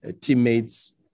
teammates